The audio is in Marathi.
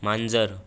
मांजर